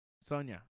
Sonia